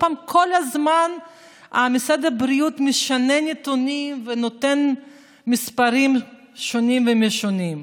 כל הזמן משרד הבריאות משנה נתונים ונותן מספרים שונים ומשונים.